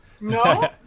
No